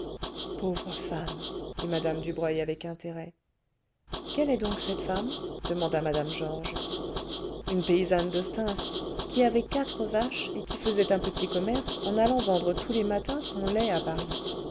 pauvre femme dit mme dubreuil avec intérêt quelle est donc cette femme demanda mme georges une paysanne de stains qui avait quatre vaches et qui faisait un petit commerce en allant vendre tous les matins son lait à paris